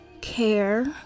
care